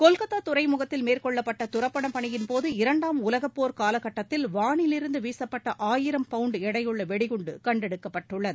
கொல்கத்தா துறைமுகத்தில் மேற்கொள்ளப்பட்ட துரப்பண பணியின்போது இரண்டாம் உலகப் போர் காலகட்டத்தில் வானிலிருந்து வீசப்பட்ட ஆயிரம் பவுண்டு எடையுள்ள வெடிகுண்டு கண்டெடுக்கப்பட்டுள்ளது